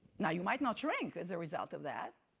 now you might not shrink as a result of that,